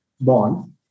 bond